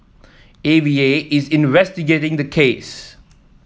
A V A is investigating the case